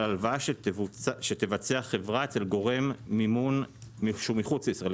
הלוואה שתבצע חברה אצל גורם מימון שהוא מחוץ לישראל.